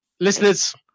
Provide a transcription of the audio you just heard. listeners